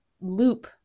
loop